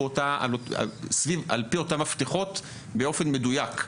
על-פי אותם מפתחות באופן מדויק.